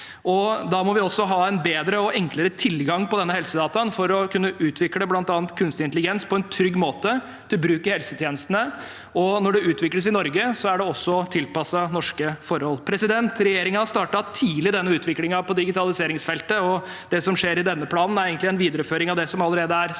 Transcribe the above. da må vi også ha en bedre og enklere tilgang på disse helsedataene for å kunne utvikle bl.a. kunstig intelligens på en trygg måte til bruk i helsetjenestene. Når det utvikles i Norge, er det også tilpasset norske forhold. Regjeringen startet tidlig i denne utviklingen på digitaliseringensfeltet, og det som skjer i denne planen, er egentlig en videreføring av det som allerede er satt i gang.